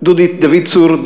דודי צור,